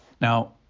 Now